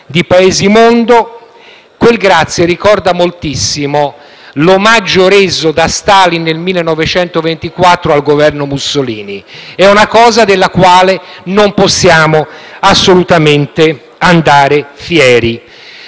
di Paesi del mondo, ricorda moltissimo l'omaggio reso da Stalin nel 1924 al Governo Mussolini. È una cosa della quale non possiamo assolutamente andare fieri.